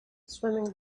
swimming